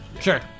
Sure